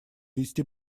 вести